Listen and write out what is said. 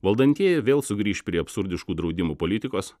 valdantieji vėl sugrįš prie absurdiškų draudimų politikos